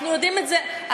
אנחנו יודעים את זה היטב,